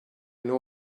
know